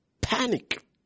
panic